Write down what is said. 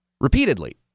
repeatedly